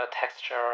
texture